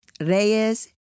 Reyes